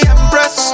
Empress